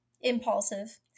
Impulsive